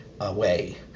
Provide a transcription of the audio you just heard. away